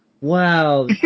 Wow